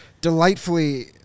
delightfully